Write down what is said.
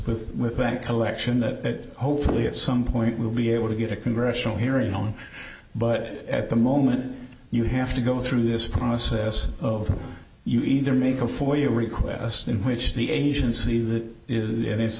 with with bank collection that hopefully at some point will be able to get a congressional hearing on but at the moment you have to go through this process of you either make a for your request in which the agency that is